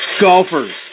Golfers